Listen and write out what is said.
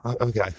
okay